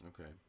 okay